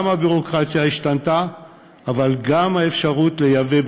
הביורוקרטיה השתנתה אבל גם האפשרות לייבא,